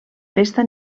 festa